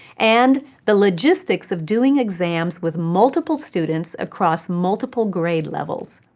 and the logistics of doing exams with multiple students across multiple grade levels.